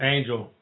Angel